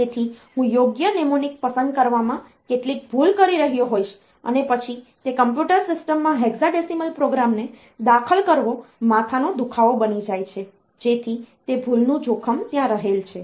તેથી હું યોગ્ય નેમોનિક પસંદ કરવામાં કેટલીક ભૂલ કરી રહ્યો હોઈશ અને પછી તે કોમ્પ્યુટર સિસ્ટમમાં હેક્સાડેસિમલ પ્રોગ્રામને દાખલ કરવો માથાનો દુખાવો બની જાય છે જેથી તે ભૂલનું જોખમ ત્યાં રહેલ છે